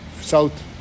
South